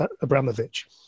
Abramovich